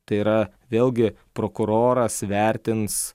tai yra vėlgi prokuroras vertins